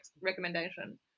recommendation